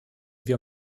wir